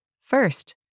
First